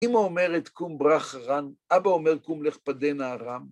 אמא אומרת קום ברח רן, אבא אומר קום לך פדה נערן.